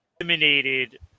eliminated